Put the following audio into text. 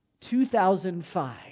2005